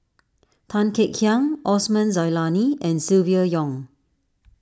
Tan Kek Hiang Osman Zailani and Silvia Yong